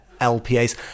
LPAs